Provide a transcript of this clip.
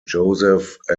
joseph